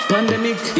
Pandemic